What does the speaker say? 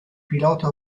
pilota